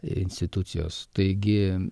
institucijos taigi